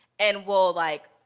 and well, like,